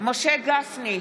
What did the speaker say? משה גפני,